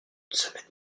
semaine